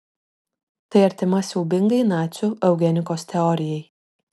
tai artima siaubingai nacių eugenikos teorijai